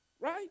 Right